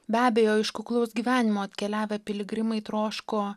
be abejo iš kuklaus gyvenimo atkeliavę piligrimai troško